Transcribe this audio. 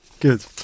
good